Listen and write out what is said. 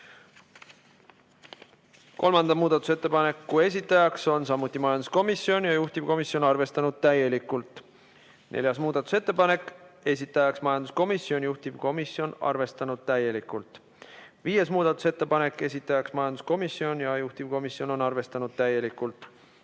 Kolmanda muudatusettepaneku esitaja on samuti majanduskomisjon ja juhtivkomisjon on seda arvestanud täielikult. Neljas muudatusettepanek, esitaja majanduskomisjon, juhtivkomisjon on arvestanud täielikult. Viies muudatusettepanek, esitaja majanduskomisjon ja juhtivkomisjon on arvestanud täielikult.